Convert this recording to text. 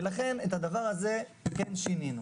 לכן, את הדבר הזה כן שינינו.